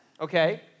okay